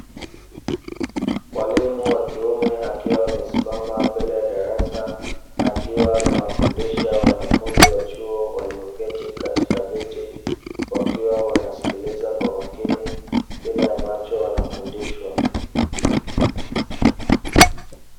Mwalimu wa kiume akiwa amesimama mbele ya darasa, akiwa anawafundisha wanafunzi wa chuo walioketi katika viti, wakiwa wanasikiliza kwa makini kile ambacho wanafundishwa.